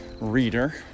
reader